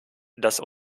dass